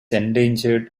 endangered